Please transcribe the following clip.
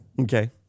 Okay